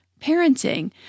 parenting